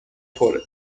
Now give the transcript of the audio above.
پره